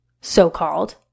so-called